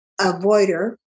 avoider